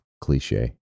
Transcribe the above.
cliche